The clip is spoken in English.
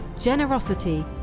generosity